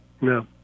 No